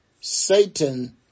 Satan